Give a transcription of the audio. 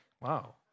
wow